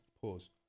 Pause